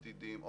עתידים,